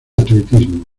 atletismo